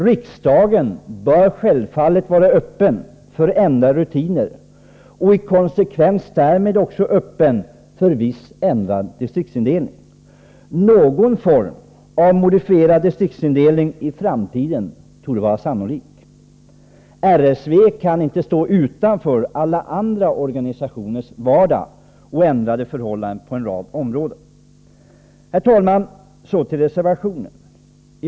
Riksdagen bör självfallet vara öppen för ändrade rutiner och i konsekvens därmed också öppen för viss ändrad distriktsindelning. Någon form av modifierad distriktsindelning i framtiden torde vara sannolik. RSV kan inte stå utanför alla andra organisationers vardag och deras ändrade förhållanden på en rad områden. Herr talman! Så till reservation 1.